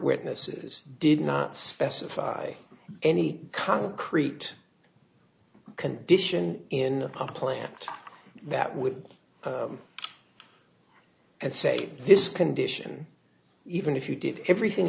witnesses did not specify any concrete condition in a plant that would say this condition even if you did everything